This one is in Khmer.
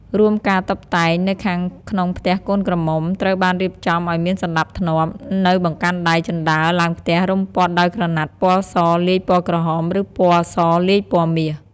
រួមការតុបតែងនៅខាងក្នុងផ្ទះកូនក្រមុំ ត្រូវបានរៀបចំអោយមានសណ្តាប់ធ្នាប់ នៅបង្កាន់ដៃជណ្តើរឡើងផ្ទះរំព័ន្ធដោយក្រណាត់ពណ៌សលាយពណ៌ក្រហម ឬ ពណ៌សលាយពណ៌មាស។